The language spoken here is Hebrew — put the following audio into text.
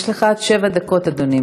יש לך עד שבע דקות, אדוני.